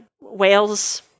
whales